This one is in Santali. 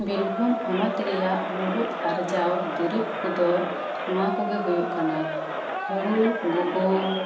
ᱵᱤᱨᱵᱷᱩᱢ ᱦᱚᱱᱚᱛ ᱨᱮᱭᱟᱜ ᱢᱩᱲᱩᱫ ᱟᱨᱡᱟᱣ ᱫᱩᱨᱤᱵ ᱠᱚᱫᱚ ᱱᱚᱶᱟ ᱠᱚᱜᱮ ᱦᱩᱭᱩᱜ ᱠᱟᱱᱟ ᱦᱩᱲᱩ ᱜᱩᱦᱩᱢ